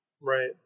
Right